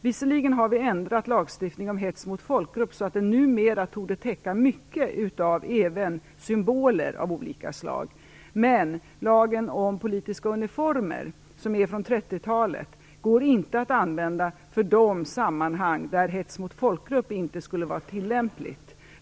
Visserligen har vi ändrat lagstiftningen om hets mot folkgrupp så att den numera även torde täcka mycket av symboler av olika slag. Men lagen om politiska uniformer, som är från 30 talet, går inte att använda för de sammanhang där hets mot folkgrupp inte skulle vara tillämpligt.